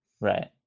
Right